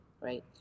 right